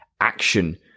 action